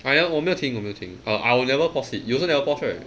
!aiya! 我没有听我没有听 uh I will never pause it you also never pause right